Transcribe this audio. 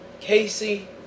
Casey